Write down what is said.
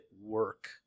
work